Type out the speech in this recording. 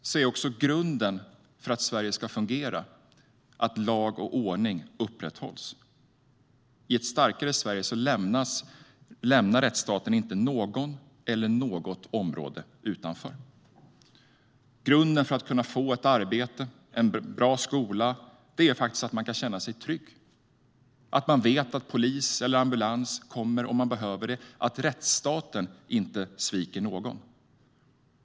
Grunden för att Sverige ska fungera är också att lag och ordning upprätthålls. I ett starkare Sverige lämnar rättsstaten inte någon eller något område utanför. Grunden för att man ska kunna få ett arbete och en bra skola är faktiskt att man kan känna sig trygg, att man vet att polis eller ambulans kommer om man behöver det och att rättsstaten inte sviker någon.